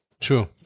True